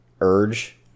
urge